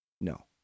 no